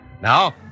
Now